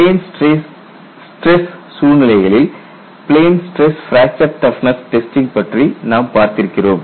plane stress சூழ்நிலைகளில் plane stress fracture toughness testing பற்றி நாம் பார்த்திருக்கிறோம்